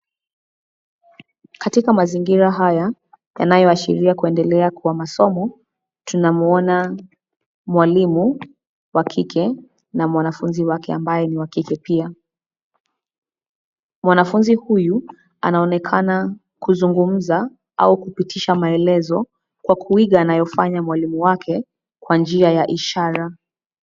Katika mazingira haya yanayoashiria kuendelea kwa masomo, tunamuona mwalimu wa kike na mwanafunzi wake ambaye ni wa kike pia. Mwanafunzi huyu anaonekana kuzungumza au kupitisha maelezo kwa kuiga anayofanya mwalimu wake kwa njia ya ishara.